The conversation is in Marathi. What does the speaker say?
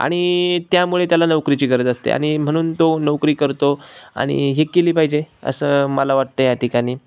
आणि त्यामुळे त्याला नोकरीची गरज असते आणि म्हणून तो नोकरी करतो आणि ही केली पाहिजे असं मला वाटतं या ठिकाणी